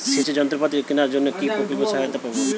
সেচের যন্ত্রপাতি কেনার জন্য কি প্রকল্পে সহায়তা পাব?